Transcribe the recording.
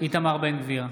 איתמר בן גביר,